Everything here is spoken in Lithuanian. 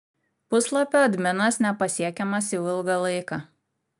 puslapio adminas nepasiekiamas jau ilgą laiką